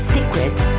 Secrets